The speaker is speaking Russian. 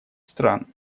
стран